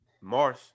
Mars